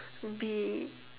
be